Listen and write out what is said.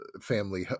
family